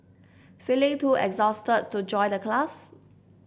feeling too exhausted to join the class